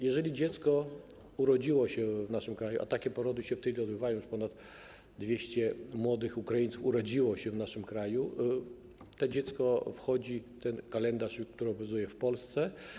Jeżeli dziecko urodziło się w naszym kraju, a takie porody się w tej chwili odbywają, już ponad 200 młodych Ukraińców urodziło się w naszym kraju, to dziecko wchodzi w ten kalendarz, który obowiązuje w Polsce.